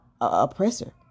oppressor